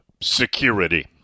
security